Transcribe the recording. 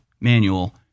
Manual